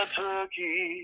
turkey